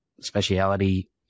speciality